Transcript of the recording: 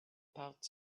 part